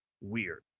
weird